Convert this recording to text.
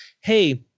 Hey